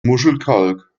muschelkalk